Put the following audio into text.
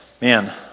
man